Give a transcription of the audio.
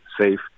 safe